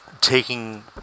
taking